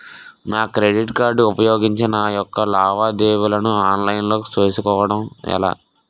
నా credit card ఉపయోగించి నా యెక్క లావాదేవీలను ఆన్లైన్ లో చేసుకోవడం ఎలా?